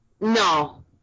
No